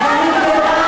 אז למה